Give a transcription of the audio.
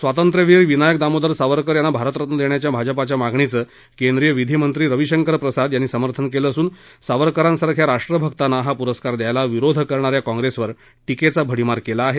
स्वातंत्र्यवीर विनायक दामोदर सावरकर यांना भारतरत्न देण्याच्या भाजपाच्या मागणीचं केंद्रीय विधी मंत्री रविशंकर प्रसाद यांनी समर्थन केलं असून सावरकरांसारख्या राष्ट्रभक्तांना हा पुरस्कार द्यायला विरोध करणाऱ्या काँप्रेस वर टीकेचा भडीमार केला आहे